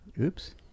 oops